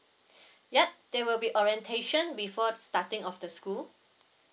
yup there will be orientation before starting of the school